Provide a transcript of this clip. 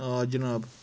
آ جِناب